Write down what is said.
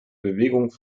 bewegung